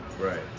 Right